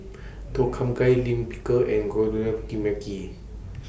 Tom Kha Gai Lime Pickle and